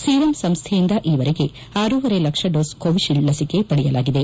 Serum ಸಂಸ್ಥೆಯಿಂದ ಈವರೆಗೆ ಆರೂವರೆ ಲಕ್ಷ ಡೋಸ್ ಕೋವಿಶೀಲ್ಡ್ ಲಸಿಕೆ ಪಡೆಯಲಾಗಿದೆ